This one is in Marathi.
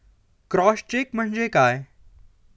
क्रॉस चेक म्हणजे काय?